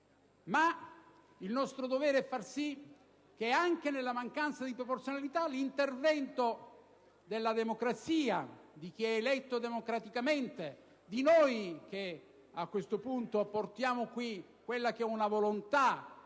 Il nostro dovere è fare in modo che, anche nella mancanza di proporzionalità, l'intervento della democrazia, di chi è eletto democraticamente, di noi che a questo punto portiamo qui quella che è una volontà